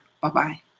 Bye-bye